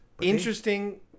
interesting